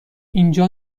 اینجا